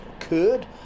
occurred